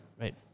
right